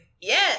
Yes